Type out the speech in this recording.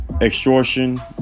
extortion